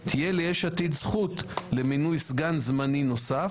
תהיה ליש עתיד זכות למינוי סגן זמני נוסף,